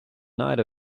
night